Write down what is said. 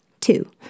two